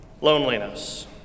loneliness